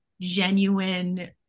genuine